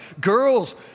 Girls